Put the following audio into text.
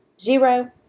Zero